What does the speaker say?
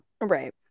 Right